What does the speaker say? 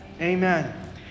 amen